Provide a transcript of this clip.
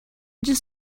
just